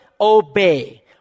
obey